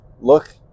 Look